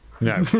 No